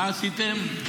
מה עשיתם?